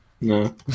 No